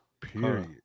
Period